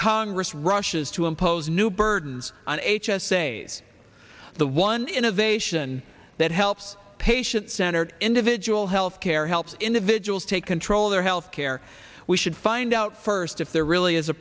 congress rushes to impose new burdens on h s a the one innovation that helps patient centered individual health care helps individuals take control of their health care we should find out first if there really is a